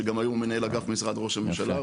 שגם היום הוא מנהל אגף במשרד ראש הממשלה.